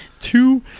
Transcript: two